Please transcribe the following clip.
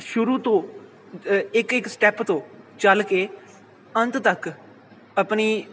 ਸ਼ੁਰੂ ਤੋਂ ਇੱਕ ਇੱਕ ਸਟੈਪ ਤੋਂ ਚੱਲ ਕੇ ਅੰਤ ਤੱਕ ਆਪਣੀ